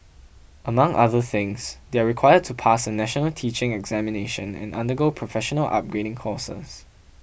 among other things they are required to pass a national teaching examination and undergo professional upgrading courses